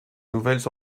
nouvelles